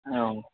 हँ